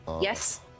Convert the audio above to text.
Yes